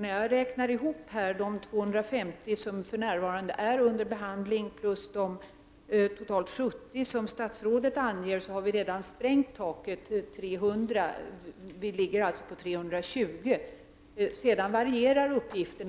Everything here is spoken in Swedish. När jag räknar ihop de 250 personer som för närvarande är under behandling med de totalt 70 som statsrådet anger, har vi redan sprängt taket, som satts vid 300 personer. Vi ligger på 320. Uppgifterna varierar